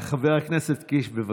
חבר הכנסת קיש, בבקשה.